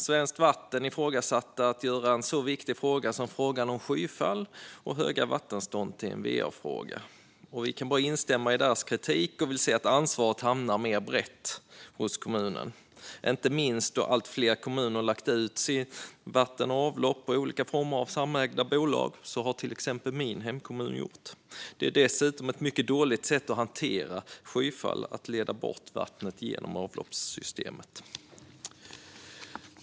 Svenskt Vatten ifrågasatte att göra en så viktig fråga som frågan om skyfall och höga vattenstånd till en va-fråga. Vi kan bara instämma i deras kritik, och vi vill se att ansvaret hamnar mer brett hos kommunen, inte minst när allt fler kommuner har lagt ut vatten och avlopp på olika former av samägda bolag. Så har till exempel min hemkommun gjort. Det är dessutom ett mycket dåligt sätt att hantera skyfall att leda bort vattnet genom avloppssystemet.